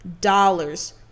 dollars